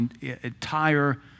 entire